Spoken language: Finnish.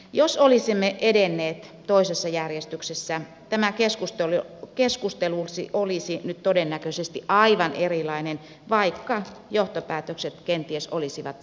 jos olisimme edenneet toisessa järjestyksessä tämä keskustelu olisi nyt todennäköisesti aivan erilainen vaikka johtopäätökset kenties olisivat samanlaisia